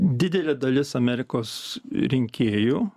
didelė dalis amerikos rinkėjų